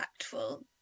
impactful